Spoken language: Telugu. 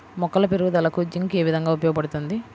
మొక్కల పెరుగుదలకు జింక్ ఏ విధముగా ఉపయోగపడుతుంది?